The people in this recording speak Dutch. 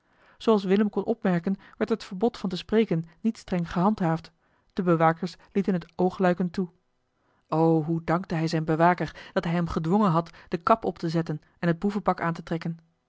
zooals willem kon opmerken werd het verbod van te spreken niet streng gehandhaafd de bewakers lieten het oogluikend toe o hoe dankte hij zijn bewaker dat hij hem gedwongen had de kap op te zetten en het boevenpak aan te trekken